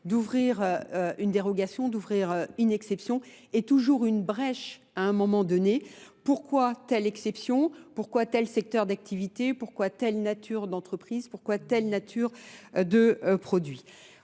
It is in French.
d'ouvrir une dérogation, d'ouvrir une exception est toujours une brèche à un moment donné. Pourquoi telle exception ? Pourquoi tel secteur d'activité ? Pourquoi telle nature d'entreprise ? Pourquoi telle nature Au